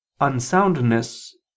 Unsoundness